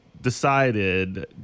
decided